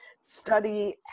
study